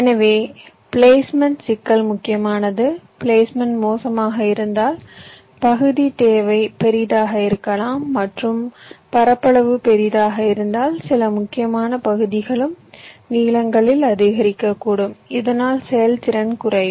எனவே பிளேஸ்மென்ட் சிக்கல் முக்கியமானது பிளேஸ்மென்ட் மோசமாக இருந்தால் பகுதி தேவை பெரியதாக இருக்கலாம் மற்றும் பரப்பளவு பெரியதாக இருந்தால் சில முக்கியமான பகுதிகளும் நீளங்களில் அதிகரிக்கக்கூடும் இதனால் செயல்திறன் குறையும்